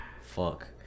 Fuck